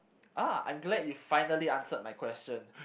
!ah! I'm glad you finally answered my question